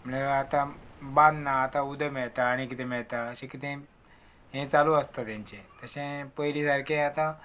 म्हळ्यार आतां बांद ना आतां उद् मेता आणी किदें मेता अशें किदें हें चालू आसता तेंचें तशें पयलीं सारकें आतां